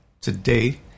today